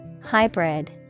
Hybrid